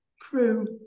crew